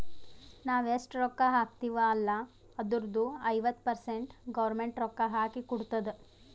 ನಾವ್ ಎಷ್ಟ ರೊಕ್ಕಾ ಹಾಕ್ತಿವ್ ಅಲ್ಲ ಅದುರ್ದು ಐವತ್ತ ಪರ್ಸೆಂಟ್ ಗೌರ್ಮೆಂಟ್ ರೊಕ್ಕಾ ಹಾಕಿ ಕೊಡ್ತುದ್